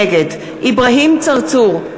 נגד אברהים צרצור,